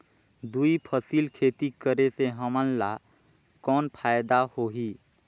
दुई फसली खेती करे से हमन ला कौन फायदा होही?